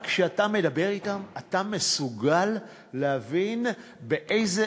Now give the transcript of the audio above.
רק כשאתה מדבר אתם אתה מסוגל להבין באיזה